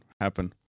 happen